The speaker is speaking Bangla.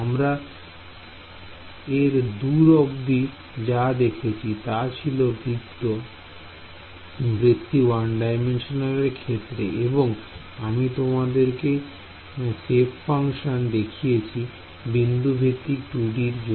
আমরা এত দূর অব্দি যা দেখেছি তা ছিল বৃত্তি 1D র ক্ষেত্রে এবং আমি তোমাদের কে সেপ ফাংশন দেখিয়েছি বিন্দু ভিত্তিক 2D র জন্য